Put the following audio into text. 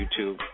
YouTube